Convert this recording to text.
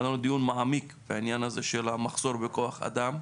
היה לנו דיון מעמיק בעניין הזה של המחסור בכוח אדם.